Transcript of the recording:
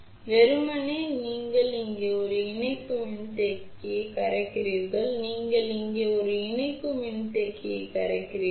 எனவே வெறுமனே நீங்கள் இங்கே ஒரு இணைப்பு மின்தேக்கியைக் கரைக்கிறீர்கள் நீங்கள் இங்கே ஒரு இணைப்பு மின்தேக்கியைக் கரைக்கிறீர்கள்